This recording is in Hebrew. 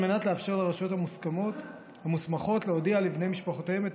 על מנת לאפשר לרשויות המוסמכות להודיע לבני משפחותיהם את